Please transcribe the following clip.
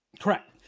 Correct